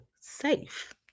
safe